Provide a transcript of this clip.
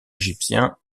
égyptien